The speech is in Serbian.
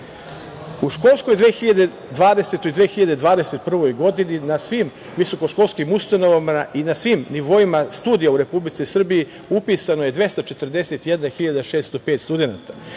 školskoj 2020/2021 godini, na svim visokoškolskim ustanovama i na svim nivoima studija u Republici Srbiji upisano je 241.605 studenata.